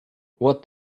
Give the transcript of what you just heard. what